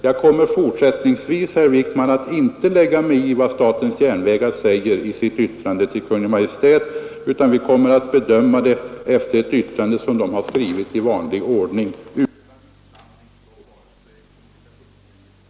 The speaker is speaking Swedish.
Jag kommer, herr Wijkman, inte att lägga mig i vad statens järnvägar säger i sitt yttrande till Kungl. Maj:t, utan regeringen kommer att bedöma den här frågan efter det yttrande som SJ skrivit i vanlig ordning utan inblandning från vare sig kommunikationsministern eller riksdagen.